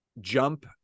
jump